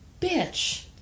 bitch